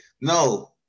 No